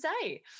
say